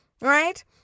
right